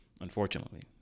unfortunately